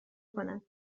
کند